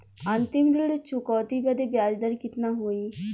अंतिम ऋण चुकौती बदे ब्याज दर कितना होई?